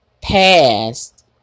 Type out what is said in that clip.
past